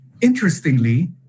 Interestingly